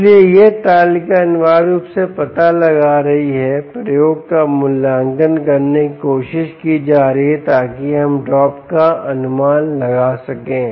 इसलिए यह तालिका अनिवार्य रूप से पता लगा रही है प्रयोग का मूल्यांकन करने की कोशिश की जा रही है ताकि हम ड्रॉप का अनुमान लगा सकें